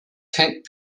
tent